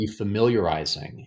defamiliarizing